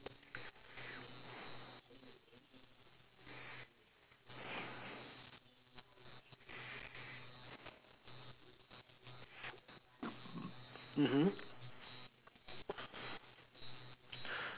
mmhmm